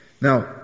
Now